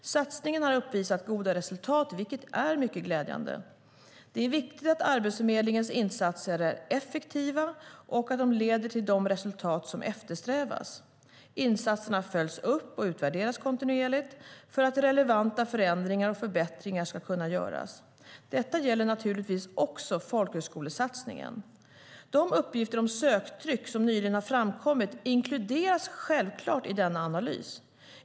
Satsningen har uppvisat goda resultat, vilket är mycket glädjande. Det är viktigt att Arbetsförmedlingens insatser är effektiva och att de leder till de resultat som eftersträvas. Insatserna följs upp och utvärderas kontinuerligt för att relevanta förändringar och förbättringar ska kunna göras. Detta gäller naturligtvis också folkhögskolesatsningen. De uppgifter om söktryck som nyligen har framkommit inkluderas självklart i denna analys.